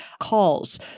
calls